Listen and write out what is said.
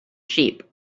sheep